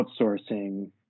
outsourcing